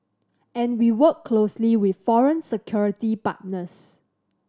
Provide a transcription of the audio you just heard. and we work closely with foreign security partners